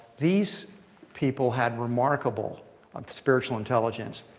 these people had remarkable um spiritual intelligence.